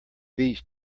beach